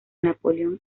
napoleón